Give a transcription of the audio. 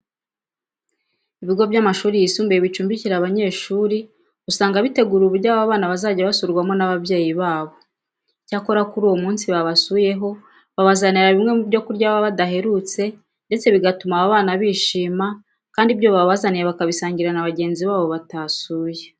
Ibigo by'amashuri yisumbuye bicumbikira abanyeshuri, usanga bitegura uburyo aba bana bazajya basurwamo n'ababyeyi babo. Icyakora kuri uwo munsi babasuyeho babazanira bimwe mu byo kurya baba badaherutse ndetse bigatuma aba bana bishima kandi ibyo babazaniye bakabisangira na bagenzi babo batasuye.